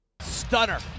Stunner